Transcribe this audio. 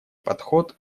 подход